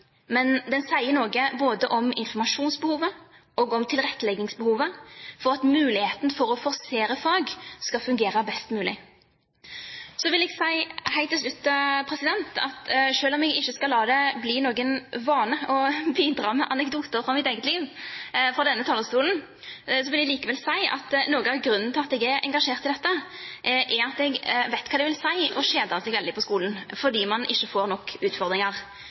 men den sier noe både om informasjonsbehovet og om tilretteleggingsbehovet for at muligheten for å forsere fag skal fungere best mulig. Så vil jeg si helt til slutt at selv om jeg ikke skal la det bli en vane å bidra med anekdoter fra mitt eget liv fra denne talerstolen, er noe av grunnen til at jeg er engasjert i dette, at jeg vet hva det vil si å kjede seg veldig på skolen fordi man ikke får nok utfordringer.